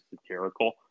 satirical